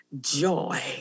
Joy